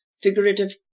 figurative